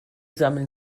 sammeln